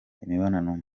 imibonano